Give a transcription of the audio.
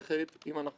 תודה.